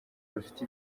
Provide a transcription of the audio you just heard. bafite